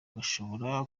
gashobora